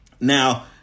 Now